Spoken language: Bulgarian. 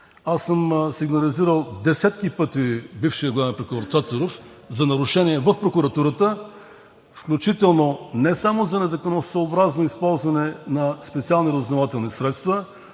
Аз съм сигнализирал десетки пъти бившия главен прокурор Цацаров за нарушения в прокуратурата, включително не само за незаконосъобразно използване на специални разузнавателни средства,